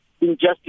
injustice